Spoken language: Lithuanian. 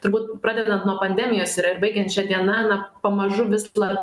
turbūt pradedant nuo pandemijos yra ir baigiant šia diena na pamažu vis pla